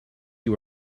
you